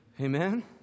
Amen